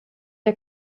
der